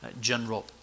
general